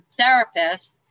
therapists